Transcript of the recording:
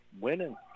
winning